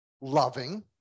loving